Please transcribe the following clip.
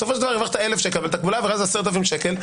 בסופו של דבר הרווחת אלף שקל אבל תקבולי העבירה זה 10,000 שקל,